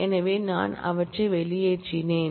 எனவே நான் அவற்றை வெளியேற்றினேன்